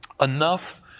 enough